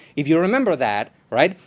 if you remember that right,